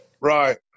Right